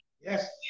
Yes